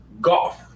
golf